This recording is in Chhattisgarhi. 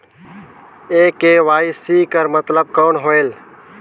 ये के.वाई.सी कर मतलब कौन होएल?